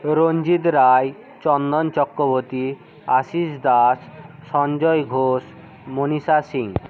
Suranjit Ray Chandan Chakraborty Ashis Das Sanjay Ghosh Manisha Singh